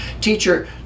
Teacher